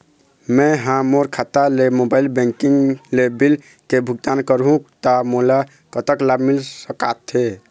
मैं हा मोर खाता ले मोबाइल बैंकिंग ले बिल के भुगतान करहूं ता मोला कतक लाभ मिल सका थे?